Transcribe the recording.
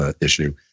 issue